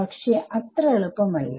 പക്ഷെ അത്ര എളുപ്പം അല്ല